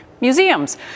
museums